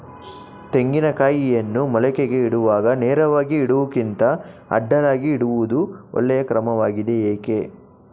ತೆಂಗಿನ ಕಾಯಿಯನ್ನು ಮೊಳಕೆಗೆ ಇಡುವಾಗ ನೇರವಾಗಿ ಇಡುವುದಕ್ಕಿಂತ ಅಡ್ಡಲಾಗಿ ಇಡುವುದು ಒಳ್ಳೆಯ ಕ್ರಮವಾಗಿದೆ ಏಕೆ?